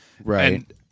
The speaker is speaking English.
Right